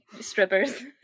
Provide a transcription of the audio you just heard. strippers